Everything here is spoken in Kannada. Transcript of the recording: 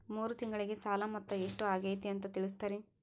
ಮೂರು ತಿಂಗಳಗೆ ಸಾಲ ಮೊತ್ತ ಎಷ್ಟು ಆಗೈತಿ ಅಂತ ತಿಳಸತಿರಿ?